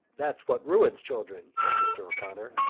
that's what ruins children, said mr. o'connor.